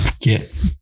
get